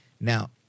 Now